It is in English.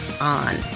on